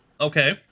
Okay